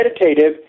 meditative